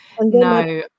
no